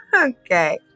Okay